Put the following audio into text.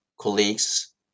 colleagues